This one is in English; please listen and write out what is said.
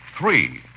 Three